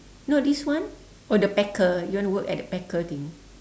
no this one or the packer you wanna work at the packer thing